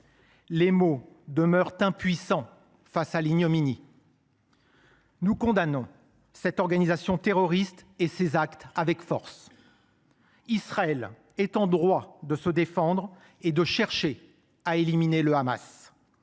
Les mots demeurent impuissants face à l’ignominie. Nous condamnons cette organisation terroriste et ses actes avec force. Israël est en droit de se défendre et de chercher à éliminer le Hamas,